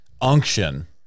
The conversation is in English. unction